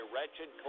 Wretched